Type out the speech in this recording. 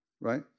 right